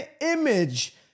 image